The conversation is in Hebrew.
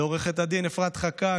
ולעו"ד אפרת חקק,